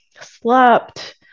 slept